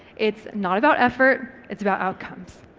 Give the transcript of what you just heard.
it's not about effort, it's about outcomes.